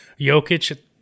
Jokic